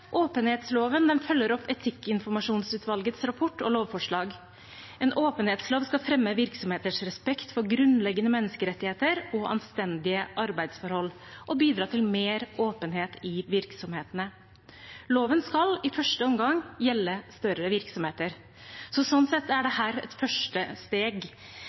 Åpenhetsloven følger opp etikkinformasjonsutvalgets rapport og lovforslag. En åpenhetslov skal fremme virksomheters respekt for grunnleggende menneskerettigheter og anstendige arbeidsforhold og bidra til mer åpenhet i virksomhetene. Loven skal i første omgang gjelde større virksomheter, så sånn sett er dette et første steg.